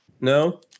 no